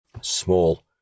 small